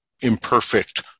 imperfect